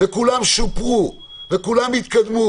כולם שופרו וכולם התקדמו.